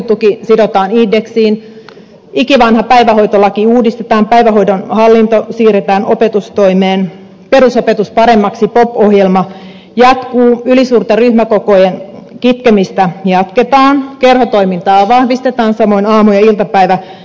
opintotuki sidotaan indeksiin ikivanha päivähoitolaki uudistetaan päivähoidon hallinto siirretään opetustoimeen perusopetus paremmaksi pop ohjelma jatkuu ylisuurten ryhmäkokojen kitkemistä jatketaan kerhotoimintaa vahvistetaan samoin aamu ja iltapäivätoimintaa